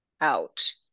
out